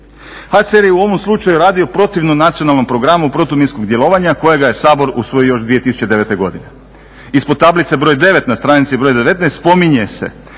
HCR je u ovom slučaju radio protivno nacionalnom programu protuminsko djelovanja kojega je Sabor usvojio još 2009. godine. Ispod tablice broj 9 na stranici broj 19 spominje se